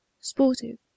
sportive